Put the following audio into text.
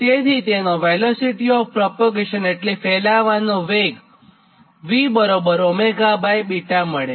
તેથી ફેલાવાનો વેગ v મળે